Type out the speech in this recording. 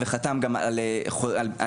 וחתם גם על מסמך,